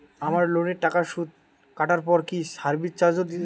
আমার লোনের টাকার সুদ কাটারপর কি সার্ভিস চার্জও কাটবে?